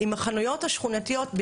עם החנויות השכונתיות,